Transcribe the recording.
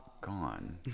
gone